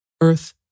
Earth